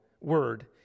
word